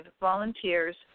volunteers